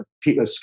people